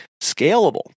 scalable